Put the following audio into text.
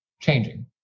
changing